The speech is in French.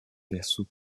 berceau